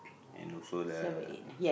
and also the